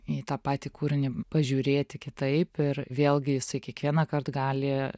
į tą patį kūrinį pažiūrėti kitaip ir vėlgi jisai kiekvienąkart gali